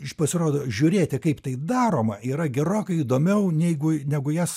iš pasirodo žiūrėti kaip tai daroma yra gerokai įdomiau nei negu jas